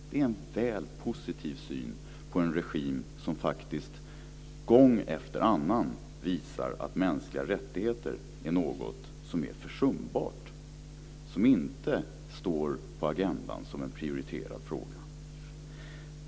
Det är en väl positiv syn på en regim som faktiskt gång efter annan visar att mänskliga rättigheter är något som är försumbart och något som inte står på agendan som en prioriterad fråga.